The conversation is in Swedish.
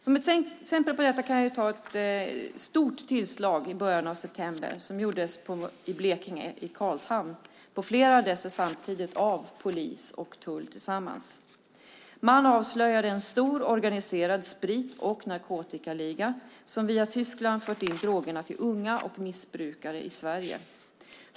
Som ett exempel på detta kan jag ta ett stort tillslag som gjordes i Karlshamn i Blekinge på flera adresser samtidigt av polis och tull tillsammans i början av september. Man avslöjade en stor organiserad sprit och narkotikaliga som via Tyskland fört in drogerna till unga och missbrukare i Sverige.